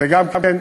כן,